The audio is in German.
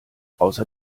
außer